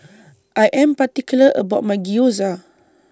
I Am particular about My Gyoza